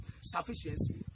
Sufficiency